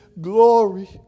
glory